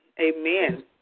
Amen